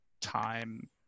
time